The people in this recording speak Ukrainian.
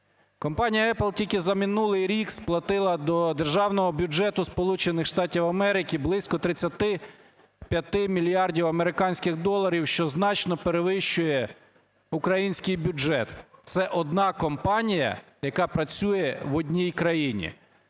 Компанія Apple тільки за минулий рік сплатила до державного бюджету Сполучених Штатів Америки близько 35 мільярдів американських доларів, що значно перевищує український бюджет. Це одна компанія, яка працює в одній країні.